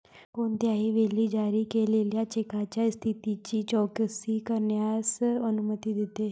कोणत्याही वेळी जारी केलेल्या चेकच्या स्थितीची चौकशी करण्यास अनुमती देते